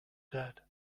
dead